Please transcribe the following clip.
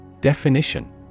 Definition